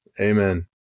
Amen